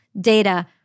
data